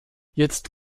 jetzt